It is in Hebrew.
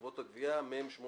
(חברות הגבייה) (מ/875).